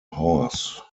horse